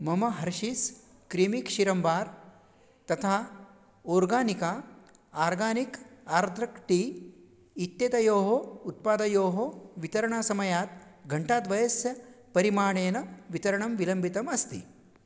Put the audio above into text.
मम हर्षीस् क्रीमिक् क्षीरं बार् तथा ओर्गानिका आर्गानिक् आर्द्रक् टी इत्यतयोः उत्पादयोः वितरणासमयात् घण्टाद्वयस्य परिमाणेन वितरणं विलम्बितम् अस्ति